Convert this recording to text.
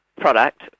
product